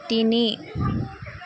তিনি